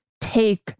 take